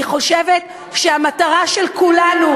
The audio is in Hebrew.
אני חושבת שהמטרה של כולנו,